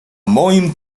moim